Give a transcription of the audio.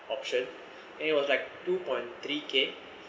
option then it was like two point three k